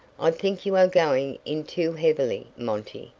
i think you are going in too heavily, monty,